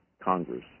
Congress